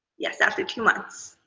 yes, after two months,